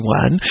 one